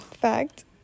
Fact